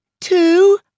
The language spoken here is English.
Two